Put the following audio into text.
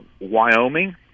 Wyoming